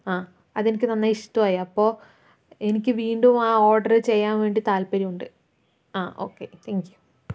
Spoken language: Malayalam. ആ അതെനിക്ക് നന്നായി ഇഷ്ടമായി അപ്പോൾ എനിക്ക് വീണ്ടും ആ ഓർഡർ ചെയ്യാൻ വേണ്ടി താല്പര്യമുണ്ട് ആ ഓക്കേ താങ്ക് യൂ